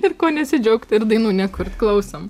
ir ko nesidžiaugt ir dainų nekurt klausom